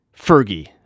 Fergie